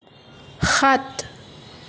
সাত